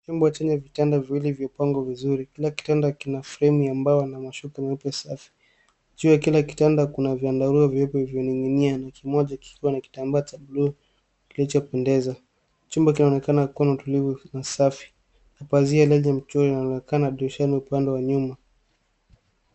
Chumba chenye vitanda viwili vimepangwa vizuri kila kitanda kina fremu ya mbao na mashuka meupe safi. Juu ya kila kitanda kuna vyandarua vyeupe vinaninginia na kimoja kikiwa na kitambaa cha bluu kilicho pendeza chumba kinaonekana kuwa na utulivu na safi na pazia ya reja mchoro inaonekana dirishani upande wa nyuma.